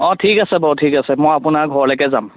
অ ঠিক আছে বাৰু ঠিক আছে মই আপোনাৰ ঘৰলৈকে যাম